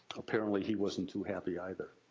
apparently he wasn't too happy either.